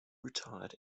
retired